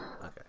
Okay